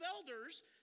elders